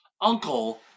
uncle